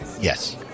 Yes